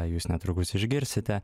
jūs netrukus išgirsite